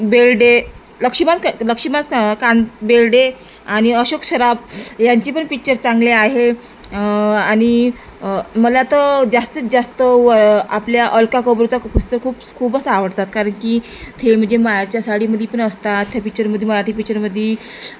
बेर्डे लक्ष्मण लक्ष्मण का बेर्डे आणि अशोक सराफ यांची पण पिच्चर चांगले आहे आणि मला तर जास्तीत जास्त व आपल्या अलका कुबलचा पुस्तक खूप खूपच आवडतात कारण की ते म्हणजे माहेरच्या साडीमध्ये पण असतात त्या पिक्चरमध्ये मराठी पिच्चरमध्ये